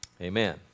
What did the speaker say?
Amen